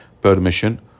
permission